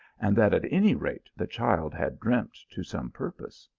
and that at any rate the child had dreamt to some purpose.